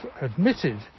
admitted